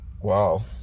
Wow